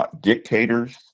dictators